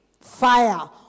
fire